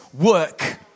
work